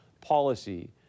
policy